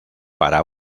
para